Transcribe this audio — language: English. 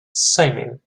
singing